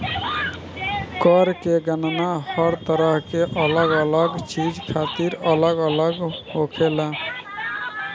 कर के गणना हर तरह के अलग अलग चीज खातिर अलग अलग होखेला